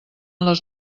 les